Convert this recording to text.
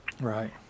Right